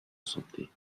santé